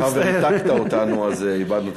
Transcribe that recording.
אבל מאחר שריתקת אותנו אז איבדנו,